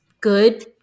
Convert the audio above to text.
good